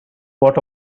what